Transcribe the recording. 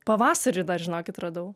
pavasarį dar žinokit radau